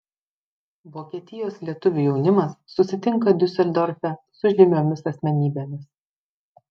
vokietijos lietuvių jaunimas susitinka diuseldorfe su žymiomis asmenybėmis